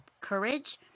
courage